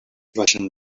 baixen